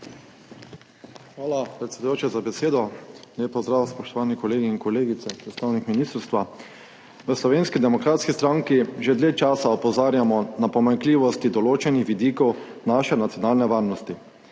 Hvala, predsedujoči, za besedo. Lep pozdrav, spoštovani kolegi in kolegice, predstavnik ministrstva! V Slovenski demokratski stranki že dlje časa opozarjamo na pomanjkljivosti določenih vidikov naše nacionalne varnosti.